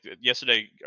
yesterday